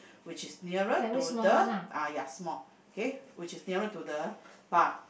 which is nearer to the ah ya small okay which is nearer to the bar